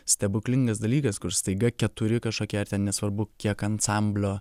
stebuklingas dalykas kur staiga keturi kažkokie ar ten nesvarbu kiek ansamblio